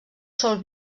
sol